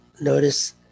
notice